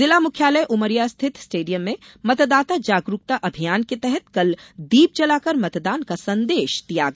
जिला मुख्यालय उमरिया स्थित स्टेडियम में मतदाता जागरूकता अभियान के तहत कल दीप जलाकर मतदान का संदेश दिया गया